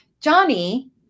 Johnny